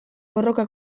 borroka